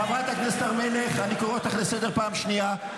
חברת הכנסת הר מלך, אני קורא אותך לסדר פעם שנייה.